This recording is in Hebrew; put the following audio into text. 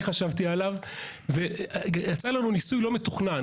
חשבתי עליו ויצא לנו ניסוי לא מתוכנן.